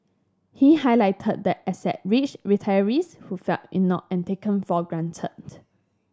he highlighted the asset rich retirees who felt ignored and taken for granted